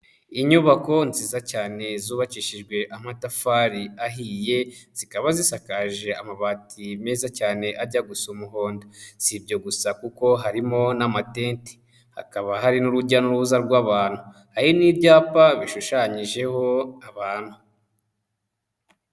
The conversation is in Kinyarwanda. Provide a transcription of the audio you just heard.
Inyubako nziza cyane zubakishijwe amatafari ahiye, zikaba zisakaje amabati meza cyane ajya gusa umuhondo, si ibyo gusa kuko harimo n'amatente, hakaba hari n'urujya n'uruza rw'abantu, hari n'ibyapa bishushanyijeho abantu.